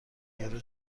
یورو